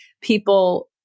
people